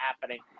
happening